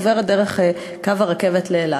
עוברת דרך קו הרכבת לאילת.